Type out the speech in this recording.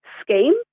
scheme